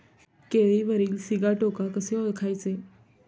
केळीवरील सिगाटोका कसे ओळखायचे?